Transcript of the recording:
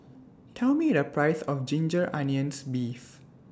Tell Me The Price of Ginger Onions Beef